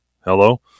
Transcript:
Hello